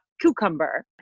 cucumber